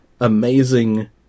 amazing